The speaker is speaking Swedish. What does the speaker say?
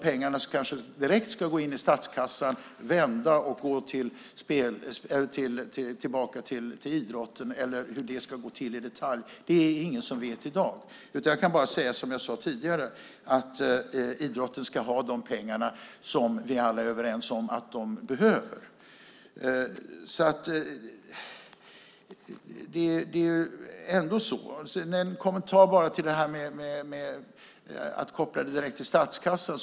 Pengarna kanske direkt ska gå in i statskassan, vända och gå tillbaka till idrotten. Det är ingen som vet i dag hur detta i detalj ska gå till. Jag kan bara säga som jag sade tidigare: Idrotten ska ha de pengar som vi alla är överens om att den behöver. Jag har en kommentar till det här med att koppla det hela direkt till statskassan.